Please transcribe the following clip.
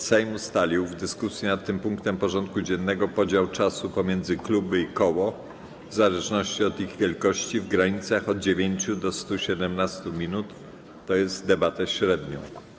Sejm ustalił w dyskusji nad tym punktem porządku dziennego podział czasu pomiędzy kluby i koło, w zależności od ich wielkości, w granicach od 9 do 117 minut, tj. debatę średnią.